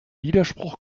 widerspruch